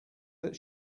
that